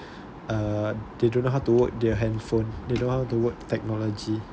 uh they don't know how to work their handphone they don't know how to work technology